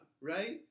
right